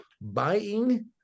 buying